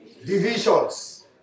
divisions